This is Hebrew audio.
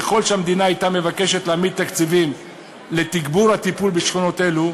ככל שהמדינה הייתה מבקשת להעמיד תקציבים לתגבור הטיפול בשכונות אלו,